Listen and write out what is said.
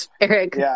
Eric